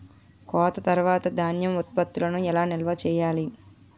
కోత తర్వాత ధాన్యం ఉత్పత్తులను ఎలా నిల్వ చేయాలి?